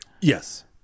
Yes